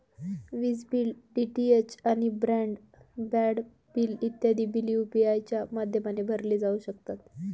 विज bill, DTH आणि broadband bill इत्यादी बिल यू.पी.आय च्या माध्यमाने भरले जाऊ शकतात